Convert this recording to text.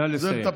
נא לסיים.